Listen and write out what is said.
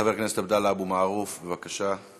חבר הכנסת עבדאללה אבו מערוף, בבקשה.